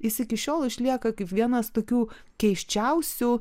jis iki šiol išlieka kaip vienas tokių keisčiausių